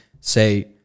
say